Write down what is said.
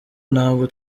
ntabwo